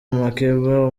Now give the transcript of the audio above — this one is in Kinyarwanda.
makeba